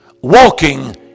walking